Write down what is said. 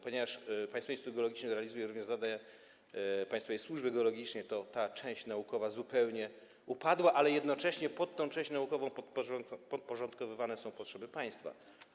Ponieważ Państwowy Instytut Geologiczny realizuje również zadania państwowej służby geologicznej, ta część naukowa zupełnie upadła, ale jednocześnie tej części naukowej podporządkowywane są potrzeby państwa.